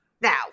Now